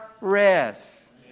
rest